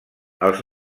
els